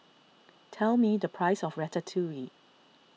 tell me the price of Ratatouille